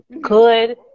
good